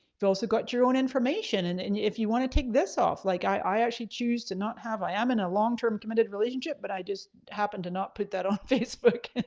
they also got your own information and and if you wanna take this off, like i actually choose to not have, i am in a longterm committed relationship but i just happen to not put that on facebook